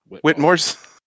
Whitmore's